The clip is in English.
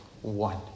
one